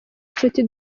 nshuti